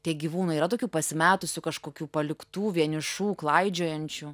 tie gyvūnai yra tokių pasimetusių kažkokių paliktų vienišų klaidžiojančių